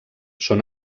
són